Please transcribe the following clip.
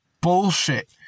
bullshit